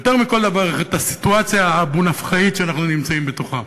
יותר מכל דבר אחר את הסיטואציה האבו-נפחאית שאנחנו נמצאים בתוכה.